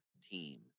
team